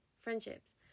friendships